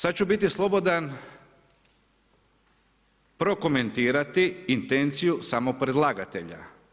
Sad ću biti slobodan prokomentirati intenciju samog predlagatelja.